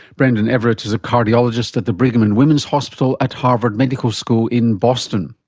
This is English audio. brendan everett is a cardiologist at the brigham and women's hospital at harvard medical school in boston.